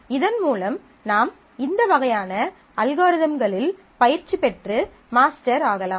இதன் மூலம் நாம் இந்த வகையான அல்காரிதம்களில் பயிற்சி பெற்று மாஸ்டர் ஆகலாம்